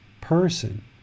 person